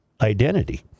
Identity